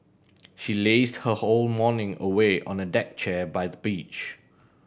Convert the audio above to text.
she lazed her whole morning away on a deck chair by the beach